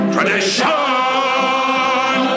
Tradition